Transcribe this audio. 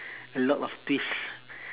a lot of twists